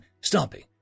stopping